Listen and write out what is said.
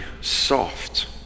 soft